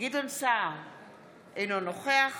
גדעון סער, אינו נוכח